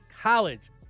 college